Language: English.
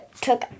took